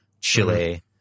Chile